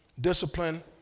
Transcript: discipline